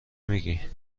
میگی